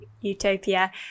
utopia